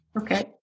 Okay